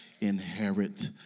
inherit